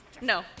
No